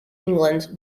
england